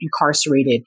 incarcerated